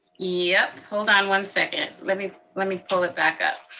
yep, hold on one second. let me let me pull it back up.